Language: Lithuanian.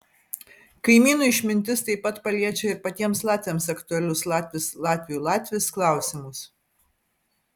kaimynų išmintis taip pat paliečia ir patiems latviams aktualius latvis latviui latvis klausimus